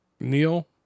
Neil